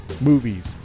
movies